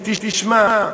תשמע,